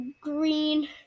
green